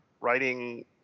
writing